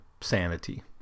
sanity